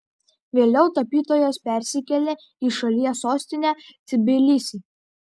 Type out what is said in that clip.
vėliau tapytojas persikėlė į šalies sostinę tbilisį